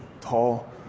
tall